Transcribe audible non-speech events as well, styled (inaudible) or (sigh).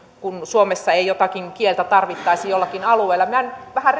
kun suomessa ei jotakin kieltä tarvittaisi jollakin alueella nyt vähän (unintelligible)